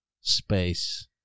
space